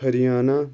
Haryana